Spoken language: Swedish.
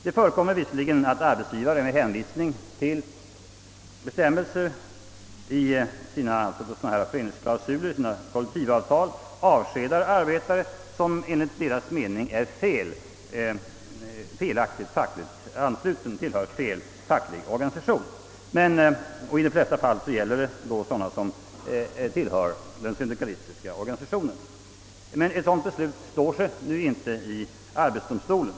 Det förekommer visserligen att arbetsgivare med hänvisning till bestämmelserna i kollektivavtalen avskedar arbetare som enligt deras mening tillhör orätt facklig organisation. I de flesta fall gäller det då arbetare som tillhör den syndikalistiska organisationen. Men ett sådant beslut står sig inte i arbetsdomstolen.